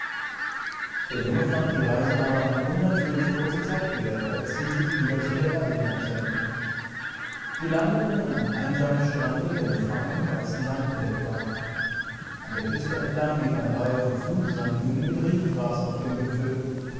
der junge fand die reise habe eine unnatürlich kurze zeit gewährt als sie sichwiederzudererdehinabsenkten sie landeten an einem einsamen strande der mit feinem weißem sand bedeckt war an der küste entlang lief eine reihe von flugsanddünen mit riedgrasaufdemgipfel